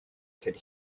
could